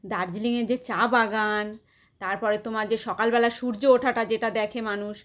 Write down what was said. দার্জিলিঙে যে চা বাগান তারপরে তোমার যে সকালবেলা সূর্য ওঠাটা যেটা দেখে মানুষ